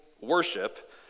worship